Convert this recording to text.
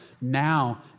now